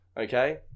okay